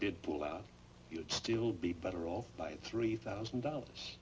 did pull out it still be better off by three thousand dollars